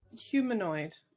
humanoid